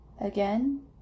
Again